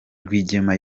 rwigema